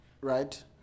right